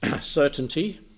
certainty